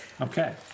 Okay